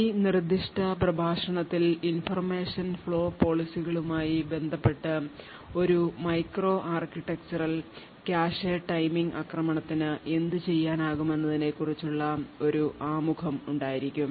ഈ നിർദ്ദിഷ്ട പ്രഭാഷണത്തിൽ information ഫ്ലോ പോളിസികളുമായി ബന്ധപ്പെട്ട് ഒരു മൈക്രോ ആർക്കിടെക്ചറൽ കാഷെ ടൈമിംഗ് ആക്രമണത്തിന് എന്ത് ചെയ്യാനാകുമെന്നതിനെക്കുറിച്ചുള്ള ഒരു ആമുഖം ഉണ്ടായിരിക്കും